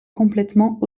complètement